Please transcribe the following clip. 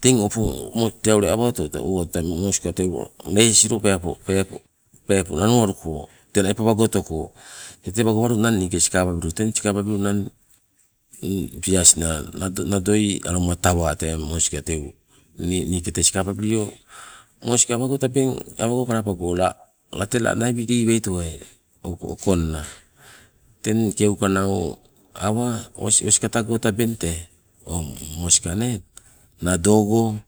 teng opong tee ule awato tee moska teu lesilo peepo, peepo nanuwaluko tenai pawago otoko teng tewa gawalunang niike sikababilu. Teng sikababilunang piasina aloma nadoi tawaa tee moska teu niike tee sikababilio. Moska awango tabeng awango kalapago la late lanai wili waitowai okonna, teng keuka nau awa osi osi katago tabeng tee o moska nee nado go